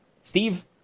steve